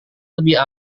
lebih